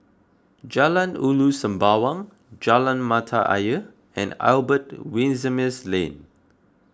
Jalan Ulu Sembawang Jalan Mata Ayer and Albert Winsemius Lane